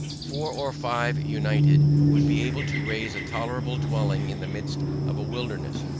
four or five united would be able to raise a tolerable dwelling in the midst of a wilderness,